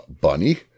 Bunny